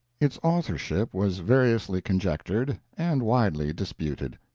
its authorship was variously conjectured and widely disputed.